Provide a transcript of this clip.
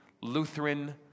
Lutheran